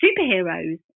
superheroes